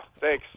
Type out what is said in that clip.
thanks